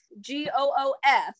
G-O-O-F